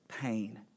pain